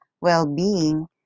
well-being